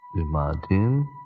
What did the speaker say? Imagine